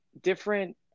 different